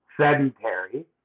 sedentary